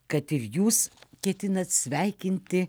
kad ir jūs ketinat sveikinti